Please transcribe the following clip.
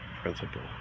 principle